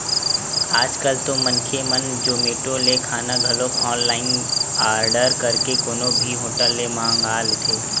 आज कल तो मनखे मन जोमेटो ले खाना घलो ऑनलाइन आरडर करके कोनो भी होटल ले मंगा लेथे